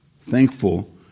Thankful